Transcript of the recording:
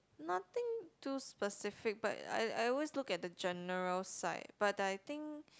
nothing too specific but I I always look at the general side but I think